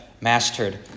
mastered